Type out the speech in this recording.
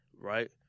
right